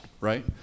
right